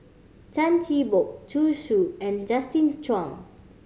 Chan Chin Bock Zhu Xu and Justin Zhuang